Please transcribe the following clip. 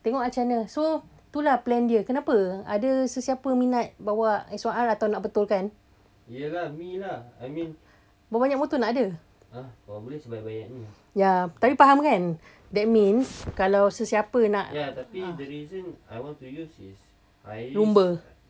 tengok ah macam mana so tu lah plan dia kenapa ada siapa-siapa minat bawa X one R atau nak betulkan berapa banyak motor nak ada ya tapi faham kan that means kalau sesiapa nak lumba